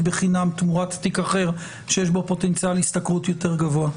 בחינם תמורת תיק אחר שיש בו פוטנציאל השתכרות יותר גבוה.